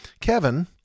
Kevin